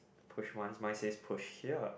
push once mine says push here